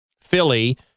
philly